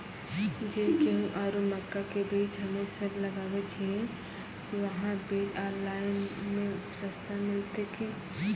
जे गेहूँ आरु मक्का के बीज हमे सब लगावे छिये वहा बीज ऑनलाइन मे सस्ता मिलते की?